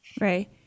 Right